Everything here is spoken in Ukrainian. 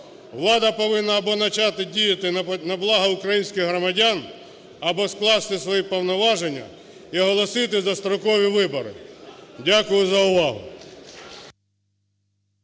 Влада повинна або почати діяти на благо українських громадян, або скласти свої повноваження і оголосити дострокові вибори. Дякую за увагу.